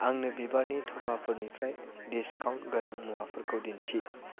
आंनो बिबारनि थफाफोरनिफ्राय डिसकाउन्ट गोनां मुवाफोरखौ दिन्थि